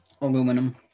Aluminum